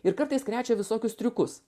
ir kartais krečia visokius triukus